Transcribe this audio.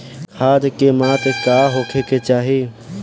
खाध के मात्रा का होखे के चाही?